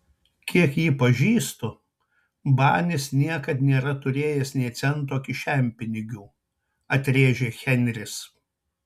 kiek jį pažįstu banis niekad nėra turėjęs nė cento kišenpinigių atrėžė henris